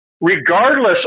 regardless